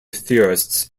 theorists